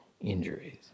injuries